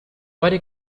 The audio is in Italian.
varie